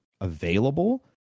available